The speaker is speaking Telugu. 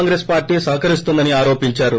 కాంగ్రెస్ పార్టీ సహకరిస్తోందని తిరోపించారు